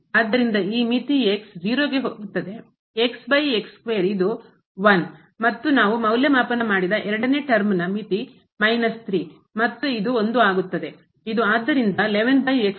ಆದ್ದರಿಂದ ಈ ಮಿತಿ x 0ಗೆ ಹೋಗುತ್ತದೆ ಇದು 1 ಮತ್ತು ನಾವು ಮೌಲ್ಯಮಾಪನ ಮಾಡಿದ ಎರಡನೇ term ನ ಮಿತಿ ಮೈನಸ್ 3 ಮತ್ತು ಇದು 1 ಆಗುತ್ತದೆ